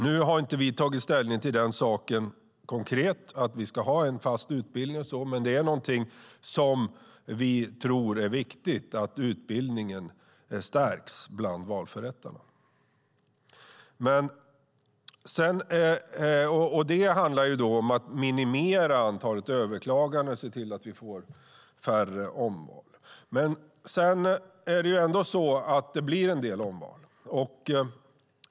Vi har inte konkret tagit ställning till att vi ska ha en fast utbildning och så vidare, men vi tror att det är viktigt att utbildningen stärks bland valförrättarna. Det handlar om att minimera antalet överklaganden och se till att vi får färre omval. Men det blir ändå en del omval.